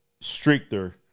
stricter